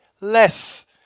less